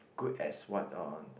good as what uh